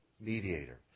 mediator